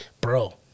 Bro